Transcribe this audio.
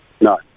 No